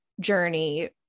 journey